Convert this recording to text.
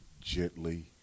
gently